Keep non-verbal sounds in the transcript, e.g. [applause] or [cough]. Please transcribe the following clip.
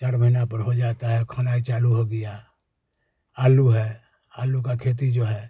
चार महीना पर हो जाता है [unintelligible] चालू हो गया आलू है आलू का खेती जो है